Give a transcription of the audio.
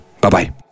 Bye-bye